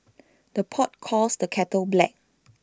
the pot calls the kettle black